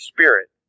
Spirit